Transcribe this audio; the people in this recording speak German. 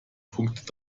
punkt